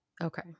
okay